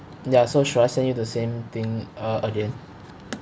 ya so should I send you the same thing uh again